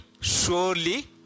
surely